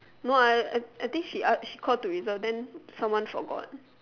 no I I I think she ask she call to reserve then someone forgot